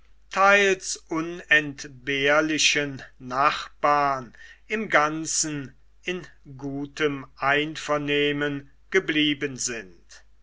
teils unentbehrlichen nachbarn im ganzen in gutem einvernehmen geblieben sind